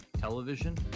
television